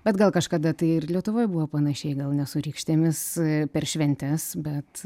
bet gal kažkada tai ir lietuvoj buvo panašiai gal ne su rykštėmis per šventes bet